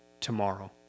tomorrow